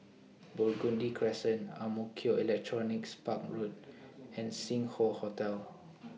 Burgundy Crescent Ang Mo Kio Electronics Park Road and Sing Hoe Hotel